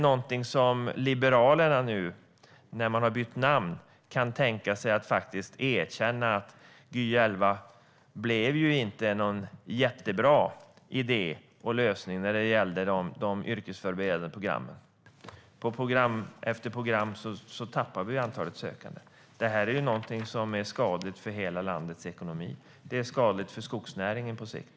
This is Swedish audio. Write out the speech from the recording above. Kan Liberalerna, man har ju bytt namn, tänka sig att erkänna att Gy 2011 faktiskt inte var någon jättebra idé och lösning när det gäller de yrkesförberedande programmen? Program efter program tappar i antalet sökande. Det här är skadligt för hela landets ekonomi. Det är skadligt för skogsnäringen på sikt.